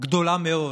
גדולה מאוד